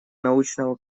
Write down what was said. научного